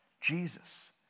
Jesus